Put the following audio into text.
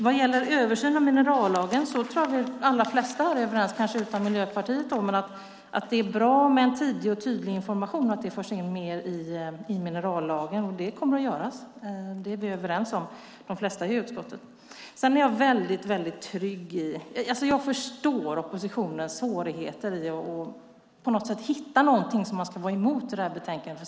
Vad gäller en översyn av minerallagen tror jag att de allra flesta här är överens om, kanske förutom Miljöpartiet, att det är bra med en tidig och tydlig information och att det förs in mer i minerallagen. Det kommer att göras. Det är de flesta av oss i utskottet överens om. Jag förstår oppositionens svårigheter att hitta någonting som man ska vara emot i detta betänkande.